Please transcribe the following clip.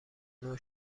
نوع